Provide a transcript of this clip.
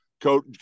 Coach